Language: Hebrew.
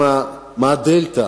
מה הדלתא